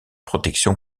protection